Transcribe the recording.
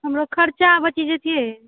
हमरो खर्चा बचि जेतियै